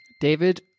David